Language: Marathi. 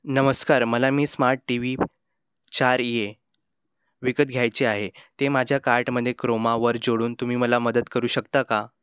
नमस्कार मला मी स्मार्ट टी व्ही चार ए विकत घ्यायचे आहे ते माझ्या कार्टमध्ये क्रोमावर जोडून तुम्ही मला मदत करू शकता का